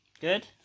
Good